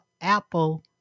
Apple